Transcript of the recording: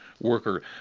worker